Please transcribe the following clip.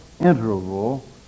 interval